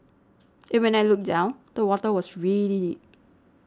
and when I looked down the water was really deep